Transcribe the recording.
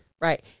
Right